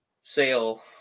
sale